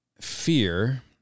fear